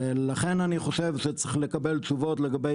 ולכן אני חושב שצריך לקבל תשובות לגבי